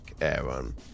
Aaron